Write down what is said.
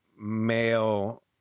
male